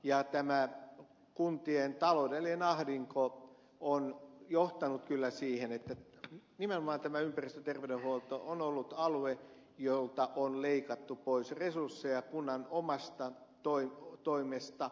tämä kuntien taloudellinen ahdinko on johtanut kyllä siihen että nimenomaan tämä ympäristöterveydenhuolto on ollut alue jolta on leikattu pois resursseja kunnan omasta toimesta